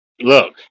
look